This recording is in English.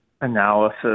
analysis